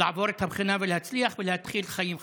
לעבור את הבחינה ולהצליח ולהתחיל חיים חדשים.